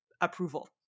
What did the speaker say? approval